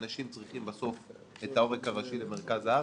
אנשים שצריכים בסוף את העורק הראשי למרכז הארץ,